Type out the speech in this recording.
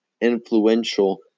influential